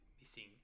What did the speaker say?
missing